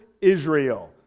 Israel